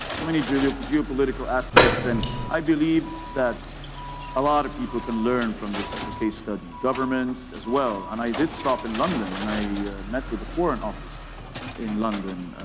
so many geopolitical aspects, and i believe that a lot of people can learn from this as a case study. governments as well. and i did stop in london, and i met with the foreign office in london.